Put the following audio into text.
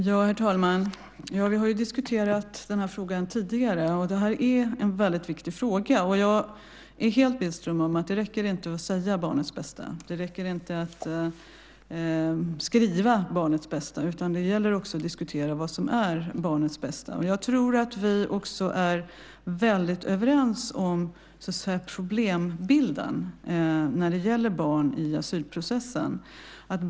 Herr talman! Vi har diskuterat frågan tidigare. Det är en viktig fråga. Jag är helt överens med Tobias Billström om att det inte räcker med att säga "barnets bästa". Det räcker inte med att skriva "barnets bästa". Det gäller att diskutera vad som är barnets bästa. Vi är överens om problembilden när det gäller barn i asylprocessen.